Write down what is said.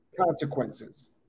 consequences